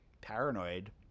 paranoid